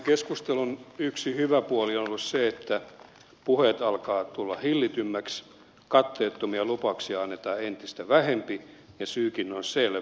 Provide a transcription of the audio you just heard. tämän keskustelun yksi hyvä puoli on ollut se että puheet alkavat tulla hillitymmiksi katteettomia lupauksia annetaan entistä vähempi ja syykin on selvä